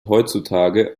heutzutage